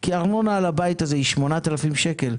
כי ארנונה על בית היא 8,000 שקל,